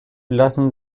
lassen